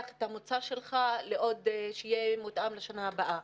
את המוצר שלך שיהיה מותאם לשנה הבאה.